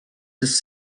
his